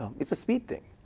it's a speed thing.